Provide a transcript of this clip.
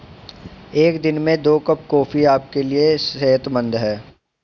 एक दिन में दो कप कॉफी आपके लिए सेहतमंद है